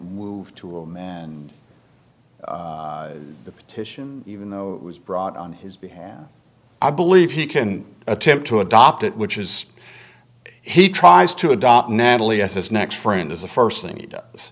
move to him and petition even though it was brought on his behalf i believe he can attempt to adopt it which is he tries to adopt natalie yes this next friend is the st thing he does